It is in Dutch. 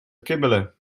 kibbelen